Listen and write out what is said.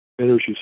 energy